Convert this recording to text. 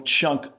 chunk